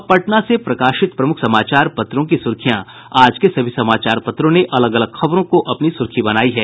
अब पटना से प्रकाशित प्रमुख समाचार पत्रों की सुर्खियां आज के सभी समाचार पत्रों ने अलग अलग खबरों को अपनी सुर्खी बनायी है